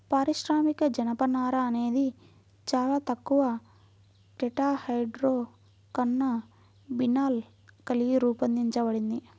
పారిశ్రామిక జనపనార అనేది చాలా తక్కువ టెట్రాహైడ్రోకాన్నబినాల్ కలిగి రూపొందించబడింది